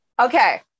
Okay